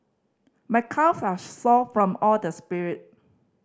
my calves are sore from all the spirit